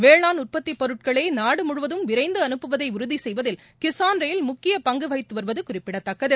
வேளாண் உற்பத்தி பொருட்களை நாடு முழுவதும் விரைந்து அனுப்புவதை உறுதி செய்வதில் கிசான் ரயில் முக்கிய பங்கு வகித்து வருவது குறிப்பிடத்தக்கது